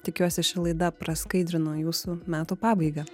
tikiuosi ši laida praskaidrino jūsų metų pabaigą